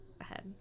ahead